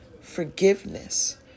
forgiveness